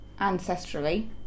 ancestrally